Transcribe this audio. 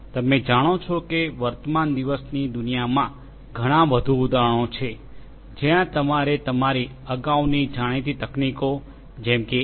તમે જાણો છો કે વર્તમાન દિવસની દુનિયામાં ઘણા વધુ ઉદાહરણો છે જ્યાં તમારે તમારી અગાઉની જાણીતી તકનીકીઓ જેમ કે એ